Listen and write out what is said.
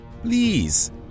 Please